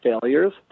failures